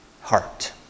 heart